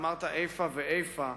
אמרת איפה ואיפה.